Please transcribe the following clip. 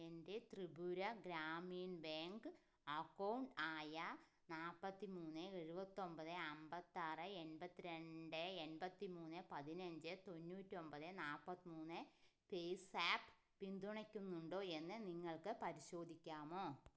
എൻ്റെ Tripura Grameen bank account ആയ നാല്പത്തി മൂന്ന് എഴുപത്തി ഒൻപത് അൻപത്തി ആറ് എൻപത്തി രണ്ട് എൺപത്തി മൂന്ന് പതിനഞ്ച് തൊണ്ണൂറ്റി ഒൻപത് നാല്പത്തി മൂന്ന് ഫേയ്സാപ്പ് പിന്തുണയ്ക്കുന്നുണ്ടോ എന്ന് നിങ്ങൾക്ക് പരിശോധിക്കാമോ